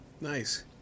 Nice